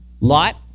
Lot